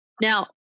Now